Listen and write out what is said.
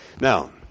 Now